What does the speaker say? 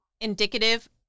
Indicative